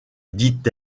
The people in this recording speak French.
dit